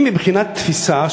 אם מבחינת תפיסה,